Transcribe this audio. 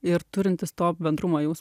ir turintis to bendrumo jausmą